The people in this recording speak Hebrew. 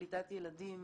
לקליטת ילדים,